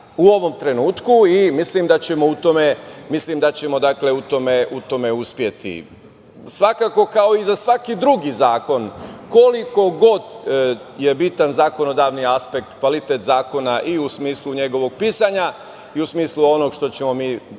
u ovom trenutku i mislim da ćemo u tome uspeti. Svakako ako i za svaki drugi zakon. Koliko god je bitan zakonodavni aspekt kvalitet zakona i u smislu njegovog pisanja i u smislu onoga što ćemo mi ovde